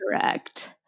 Correct